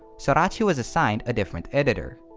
sorachi was assigned a different editor.